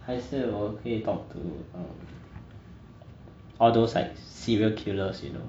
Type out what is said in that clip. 还是我可以 talk to um all those like serial killers you know